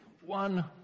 one